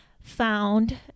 found